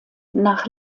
nach